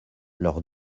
leur